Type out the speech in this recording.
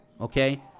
okay